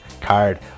card